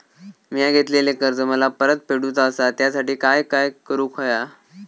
मिया घेतलेले कर्ज मला परत फेडूचा असा त्यासाठी काय काय करून होया?